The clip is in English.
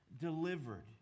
delivered